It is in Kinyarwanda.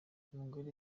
umugore